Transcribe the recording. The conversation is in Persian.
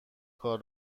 کار